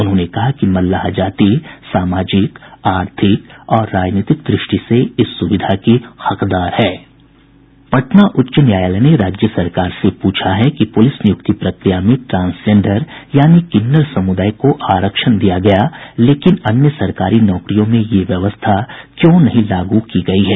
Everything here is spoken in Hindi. उन्होंने कहा कि मल्लाह जाति सामाजिक आर्थिक और राजनीतिक द्रष्टि से इस सुविधा की हकदार है पटना उच्च न्यायालय ने राज्य सरकार से पूछा है कि पुलिस नियुक्ति प्रक्रिया में ट्रांसजेंडर यानि किन्नर समुदाय को आरक्षण दिया गया लेकिन अन्य सरकारी नौकरियों में यह व्यवस्था क्यों नहीं लागू की गयी है